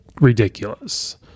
ridiculous